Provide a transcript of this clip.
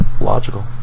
logical